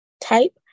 type